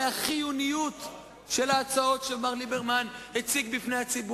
אנחנו כולנו צריכים להריע להן.